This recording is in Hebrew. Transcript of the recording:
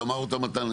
שאמר אותה מתן,